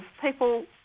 people